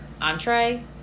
entree